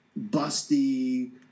busty